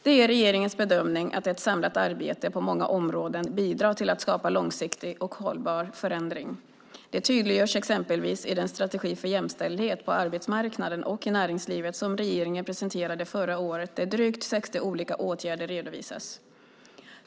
Det är regeringens bedömning att ett samlat arbete på många områden bidrar till att skapa långsiktig och hållbar förändring. Det tydliggörs exempelvis i den strategi för jämställdhet på arbetsmarknaden och i näringslivet som regeringen presenterade förra året där drygt 60 olika åtgärder redovisas.